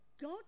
God